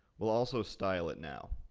we'll also style it now.